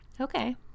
Okay